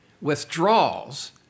withdraws